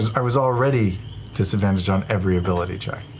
i was already disadvantaged on every ability check.